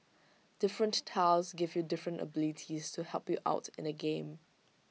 different tiles give you different abilities to help you out in the game